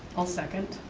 i'll second.